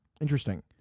Interesting